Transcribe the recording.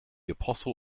apostle